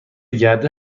گرده